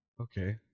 Okay